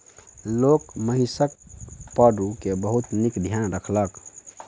लोक महिषक पड़रू के बहुत नीक ध्यान रखलक